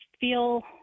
feel